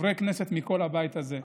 חברי כנסת מכל הבית הזה: